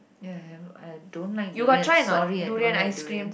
ya I I don't like durians sorry I don't like durians